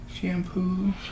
Shampoo